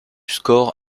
score